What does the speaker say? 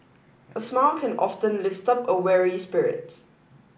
a smile can often lift up a weary spirit